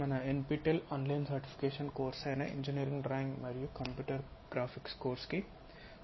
మన NPTEL online certification course అయిన engineering drawing మరియు కంప్యూటర్ గ్రాఫిక్స్ కోర్సుకు స్వాగతం